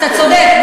אתה צודק.